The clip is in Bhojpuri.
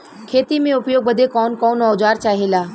खेती में उपयोग बदे कौन कौन औजार चाहेला?